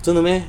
真的 meh